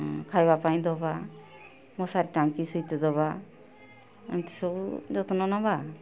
ଖାଇବା ପାଇଁ ଦବା ମଶାରି ଟାଙ୍ଗି ଶୋଇତେ ଦେବା ଏମିତି ସବୁ ଯତ୍ନ ନେବା